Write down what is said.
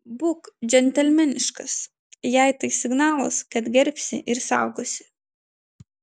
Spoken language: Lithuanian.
būk džentelmeniškas jai tai signalas kad gerbsi ir saugosi